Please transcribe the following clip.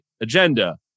agenda